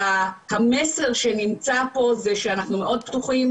שהמסר שנמצא פה זה שאנחנו מאוד פתוחים,